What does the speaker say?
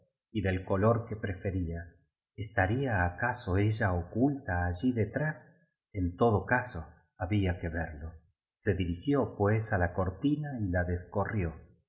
y del color que prefería es taría acaso ella oculta allí detrás en todo caso había que verlo se dirigió pues a la cortina y la descorrió